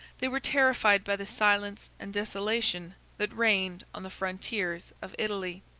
they were terrified by the silence and desolation that reigned on the frontiers of italy.